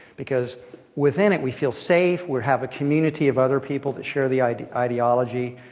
because within it we feel safe. we have a community of other people that share the ideology.